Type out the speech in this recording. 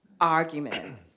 argument